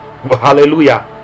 Hallelujah